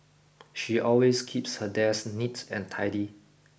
she always keeps her desk neat and tidy